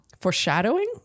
Foreshadowing